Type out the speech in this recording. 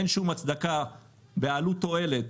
לכן מבחינת עלות-תועלת